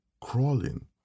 crawling